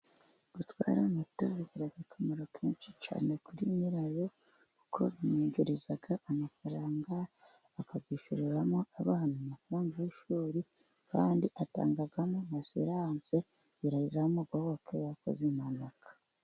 Gutwara moto bigira akamaro kenshi cyane kuri nyirayo, kuko bimwinjiriza amafaranga akayishyuriramo abana amafaranga y'ishuri, kandi atangamo na asiranse, kugira ngo izamugoboke yakoze impanuka.